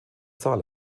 zahl